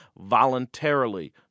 voluntarily